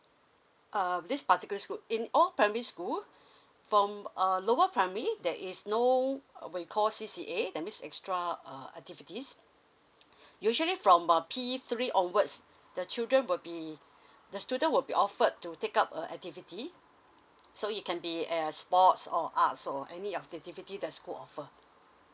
err this particular school in all primary school from a lower primary there is no uh what you call C C A that means extra uh activities usually from uh P three onwards the children will be the student will be offered to take up a activity so it can be a sports or arts or any of the activity that school offer